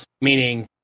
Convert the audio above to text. meaning